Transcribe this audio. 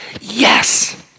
yes